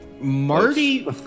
marty